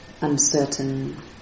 uncertain